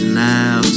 now